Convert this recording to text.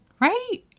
right